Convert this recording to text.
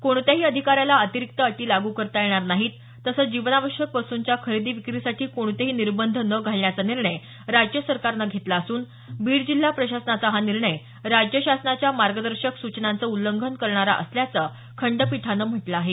कोणत्याही अधिकाऱ्याला अतरिक्त अटी लागू करता येणार नाही तसंच जीवनावश्यक वस्तुंच्या खरेदी विक्रीसाठी कोणतेही निर्बंध न घालण्याचा निर्णय राज्य सरकारनं घेतला असून बीड जिल्हा प्रशासनाचा हा निर्णय राज्य शासनाच्या मार्गदर्शक सूचनांचं उल्लंघन करणारा असल्याचं खंडपीठानं म्हटलं आहे